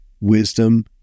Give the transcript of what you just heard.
wisdom